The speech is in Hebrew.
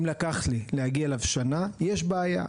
אם לקח לי להגיע אליו שנה יש בעיה,